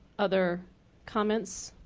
other comments?